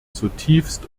zutiefst